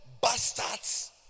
bastards